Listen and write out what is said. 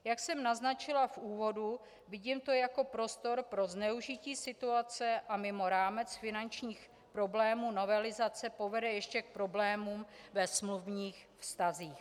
Jak jsem naznačila v úvodu, vidím to jako prostor pro zneužití situace, a mimo rámec finančních problémů novelizace povede ještě k problémům ve smluvních vztazích.